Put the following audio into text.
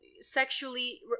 sexually